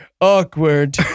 awkward